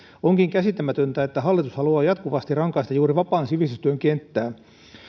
onkin käsittämätöntä että hallitus haluaa jatkuvasti rangaista juuri vapaan sivistystyön kenttää